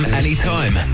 anytime